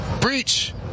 Breach